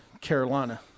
Carolina